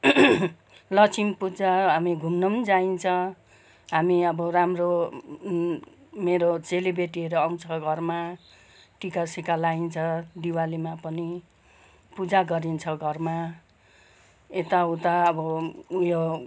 लक्ष्मी पुज्छ हामी घुम्नु पनि जाइन्छ हामी अब राम्रो मेरो चेलीबेटीहरू आउँछ घरमा टिकासिका लगाइन्छ दिवालीमा पनि पूजा गरिन्छ घरमा यताउता अब ऊ यो